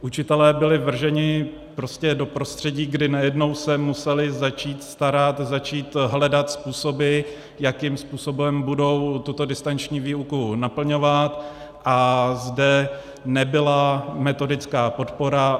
Učitelé byli vrženi prostě do prostředí, kdy najednou se museli začít starat, začít hledat způsoby, jakým způsobem budou tuto distanční výuku naplňovat, a zde nebyla metodická podpora.